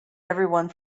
everyone